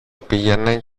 πήγαινε